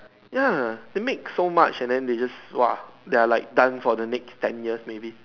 ya they make so much and then they just [wah] they are like done for the next ten years maybe